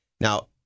now-